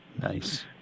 Nice